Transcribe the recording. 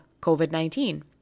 COVID-19